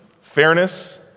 fairness